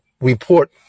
report